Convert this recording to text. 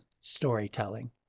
storytelling